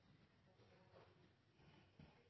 ja,